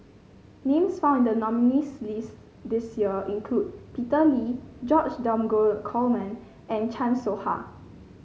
names found in the nominees list this year include Peter Lee George Dromgold Coleman and Chan Soh Ha